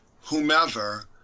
whomever